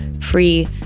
free